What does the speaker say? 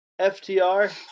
FTR